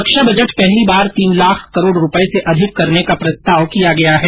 रक्षा budget पहली बार तीन लाख करोड़ रूपये से अधिक करने का प्रस्ताव किया गया है